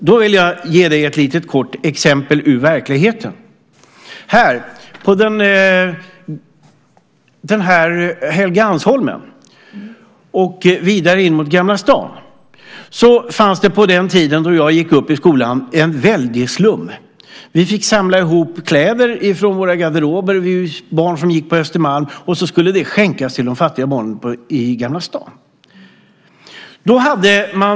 Jag vill ge dig ett litet kort exempel ur verkligheten. Här på Helgeandsholmen och vidare in mot Gamla stan fanns på den tid då jag gick i skolan en väldig slum. Vi fick samla ihop kläder från våra garderober, vi barn som gick på Östermalm, och så skulle det skänkas till de fattiga barnen i Gamla stan.